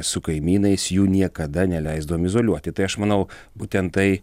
su kaimynais jų niekada neleisdavom izoliuoti tai aš manau būtent tai